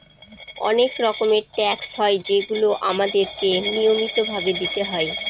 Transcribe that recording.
অনেক রকমের ট্যাক্স হয় যেগুলো আমাদেরকে নিয়মিত ভাবে দিতে হয়